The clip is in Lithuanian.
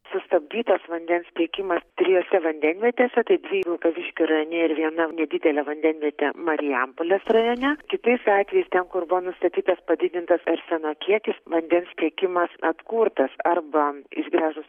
sustabdytas vandens tiekimas trijose vandenvietėse tai dvi vilkaviškio rajone ir viena nedidelė vandenvietė marijampolės rajone kitais atvejais ten kur buvo nustatytas padidintas arseno kiekis vandens tiekimas atkurtas arba išgręžus